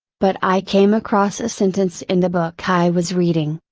but i came across a sentence in the book i was reading.